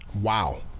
Wow